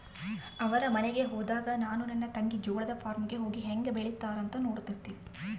ಅವರ ಮನೆಗೆ ಹೋದಾಗ ನಾನು ನನ್ನ ತಂಗಿ ಜೋಳದ ಫಾರ್ಮ್ ಗೆ ಹೋಗಿ ಹೇಂಗೆ ಬೆಳೆತ್ತಾರ ಅಂತ ನೋಡ್ತಿರ್ತಿವಿ